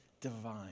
divine